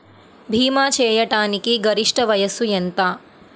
భీమా చేయాటానికి గరిష్ట వయస్సు ఎంత?